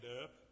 up